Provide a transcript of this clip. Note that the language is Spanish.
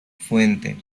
fuente